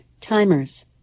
timers